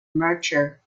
merthyr